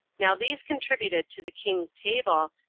now these contributed to the king's table,